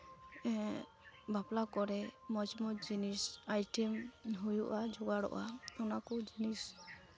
ᱵᱟᱯᱞᱟ ᱠᱚᱨᱮ ᱢᱚᱡᱽ ᱢᱚᱡᱽ ᱡᱤᱱᱤᱥ ᱟᱭᱴᱮᱢ ᱦᱩᱭᱩᱜᱼᱟ ᱡᱚᱜᱟᱲᱚᱜᱼᱟ ᱚᱱᱟᱠᱚ ᱡᱤᱱᱤᱥ